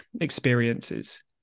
experiences